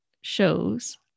shows